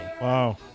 Wow